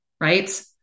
right